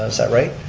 is that right.